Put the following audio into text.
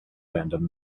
random